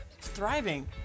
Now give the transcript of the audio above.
thriving